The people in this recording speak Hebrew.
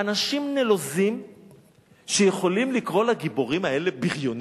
אנשים נלוזים שיכולים לקרוא לגיבורים האלה בריונים.